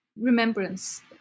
remembrance